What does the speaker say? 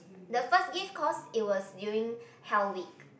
the first gift cause it was during hell week